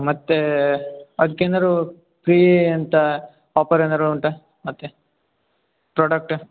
ಮತ್ತೆ ಅದ್ಕೆ ಏನಾದ್ರೂ ಪ್ರೀ ಅಂತ ಆಪರ್ ಏನಾದ್ರು ಉಂಟಾ ಮತ್ತೆ ಪ್ರೊಡಕ್ಟು